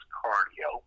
cardio